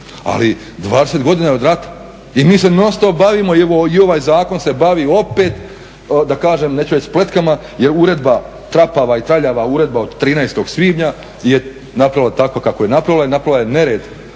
Ali 20 godina je od rata i mi se non-stop bavimo i evo i ovaj zakon se bavi opet da kažem, neću reći spletkama jer uredba, trapava i traljava uredba od 13. svibnja je napravila tako kako je napravila i napravila je nered